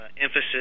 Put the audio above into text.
emphasis